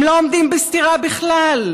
הם לא עומדים בסתירה בכלל.